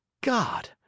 god